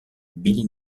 billy